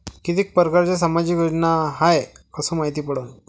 कितीक परकारच्या सामाजिक योजना हाय कस मायती पडन?